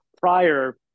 prior